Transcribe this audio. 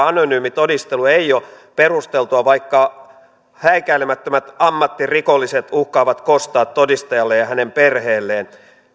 anonyymi todistelu ei ole perusteltua vaikka häikäilemättömät ammattirikolliset uhkaavat kostaa todistajalle ja hänen perheelleen